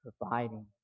providing